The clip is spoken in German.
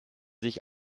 sich